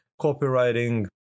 copywriting